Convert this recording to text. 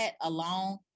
alone